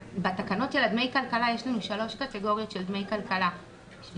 בתקנות של דמי הכלכלה יש לנו שלוש קטגוריות של דמי כלכלה שמשולמים,